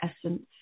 essence